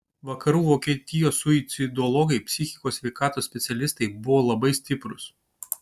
vakarų vokietijos suicidologai psichikos sveikatos specialistai buvo labai stiprūs